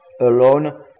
alone